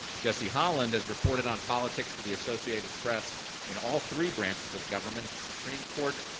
jesse holland has reported on politics for the associated press in all three branches of government, at the supreme court,